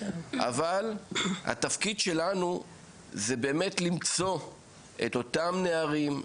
אבל התפקיד שלנו זה באמת למצוא את אותם נערים,